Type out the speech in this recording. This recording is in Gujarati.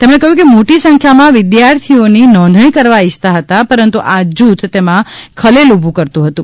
તેમણે કહ્યું કે મોટી સંખ્યામાં વિદ્યાર્થીઓને નોંધણી કરવા ઈચ્છતા હતા પરંતુ આ જૂથ તેમાં ખલેલ ઊભું કરતું હતું